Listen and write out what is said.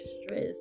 stress